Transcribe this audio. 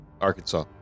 Arkansas